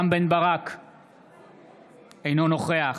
אינו נוכח